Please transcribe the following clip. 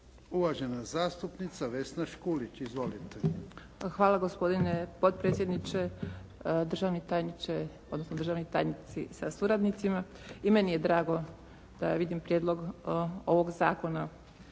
Uvažena zastupnica Vesna Škulić. Izvolite. **Škulić, Vesna (SDP)** Hvala. Gospodine potpredsjedniče, državni tajniče odnosno državni tajnici sa suradnicima. I meni je drago da vidim prijedlog ovog zakona